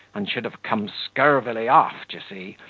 and should have come scurvily off, d'ye see,